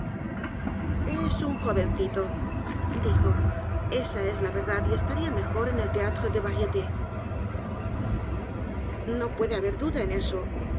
s un jovencito dijo esa es la verdad y estaría mejor en el thédtre des varietés no puede haber duda en eso